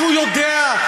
כשהוא יודע,